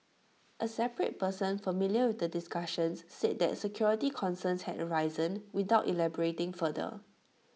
A separate person familiar with the discussions said that security concerns had arisen without elaborating further